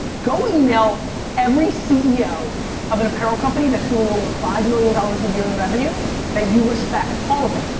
go email every ceo of an apparel company that's doing over five million dollars dollars a year in revenue that you respect. all of them.